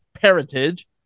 parentage